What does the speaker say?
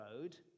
road